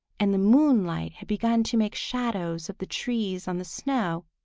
and the moonlight had begun to make shadows of the trees on the snow,